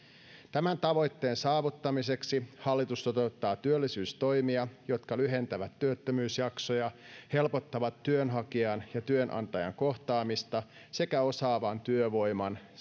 tämän tavoitteen saavuttamiseksi hallitus toteuttaa työllisyystoimia jotka lyhentävät työttömyysjaksoja helpottavat työnhakijan ja työnantajan kohtaamista sekä osaavan työvoiman